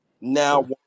now